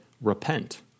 repent